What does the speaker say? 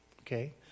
Okay